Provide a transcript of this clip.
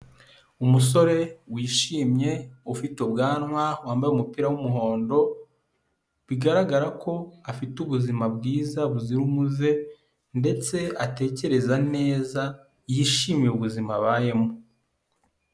Umusore wishimye ufite ubwanwa, wambaye umupira w'umuhondo bigaragarako afite ubuzima bwiza buzira umuze ndetse atekereza neza yishimiye ubuzima abayemo.